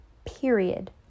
Period